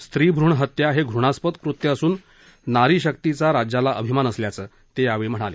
स्त्री भूण हत्या हे घृष्णास्पद कृत्य असून नारी शक्तीचा राज्याला अभिमान असल्याचं ते यावेळी म्हणाले